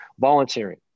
volunteering